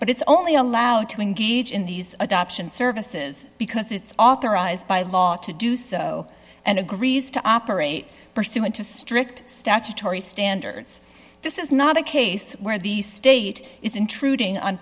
but it's only allowed to engage in these adoption services because it's authorized by law to do so and agrees to operate pursuant to strict statutory standards this is not a case where the state is intruding on